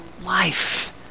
life